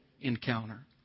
encounter